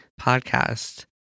podcast